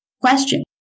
Question